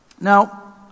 Now